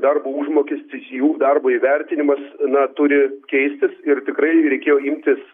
darbo užmokestis jų darbo įvertinimas na turi keistis ir tikrai reikėjo imtis